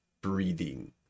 breathing